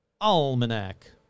Almanac